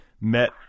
met